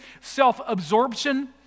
self-absorption